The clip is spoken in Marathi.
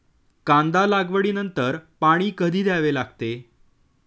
कांदा लागवडी नंतर पाणी कधी द्यावे लागते?